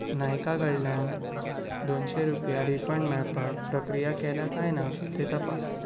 नायका कडल्यान दोनशीं रुपया रिफंड मेळपाक प्रक्रिया केल्या काय ना तें तपास